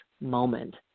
moment